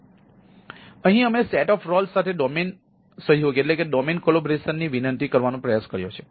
તેથી અહીં અમે સેટ ઓફ રોલ્સ સાથે ડોમેઇન સહયોગ થાય છે